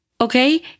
Okay